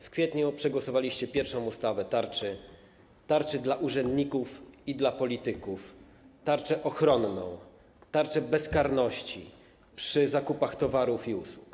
W kwietniu przegłosowaliście pierwszą ustawę, tarczę dla urzędników i dla polityków, tarczę ochronną, tarczę bezkarności przy zakupach towarów i usług.